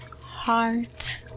heart